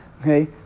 okay